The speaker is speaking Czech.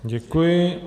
Děkuji.